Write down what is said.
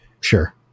Sure